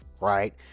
right